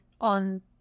on